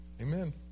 Amen